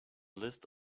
list